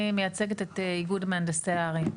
אני מייצגת את ארגון מהנדסי הערים.